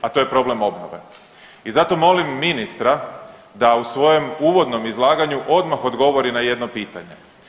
a to je problem obnove i zato molim ministra da u svojem uvodnom izlaganju odmah odgovori na jedno pitanje.